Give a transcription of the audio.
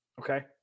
okay